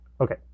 Okay